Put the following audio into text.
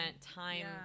time